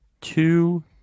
two